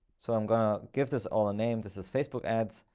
so i'm going to give this all a name. this is facebook ads,